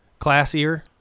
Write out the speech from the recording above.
classier